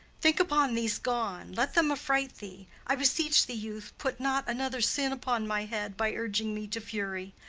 think upon these gone let them affright thee. i beseech thee, youth, put not another sin upon my head by urging me to fury.